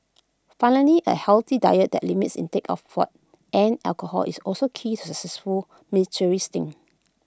finally A healthy diet that limits intake of fat and alcohol is also key to successful military stint